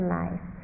life